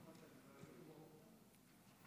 אדוני היושב-ראש,